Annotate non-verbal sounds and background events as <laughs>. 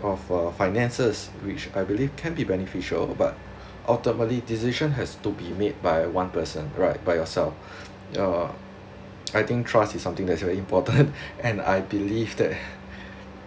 for for finances which I believe can be beneficial but ultimately decision has to be made by one person right by yourself uh I think trust is something that is very important <laughs> and I believe that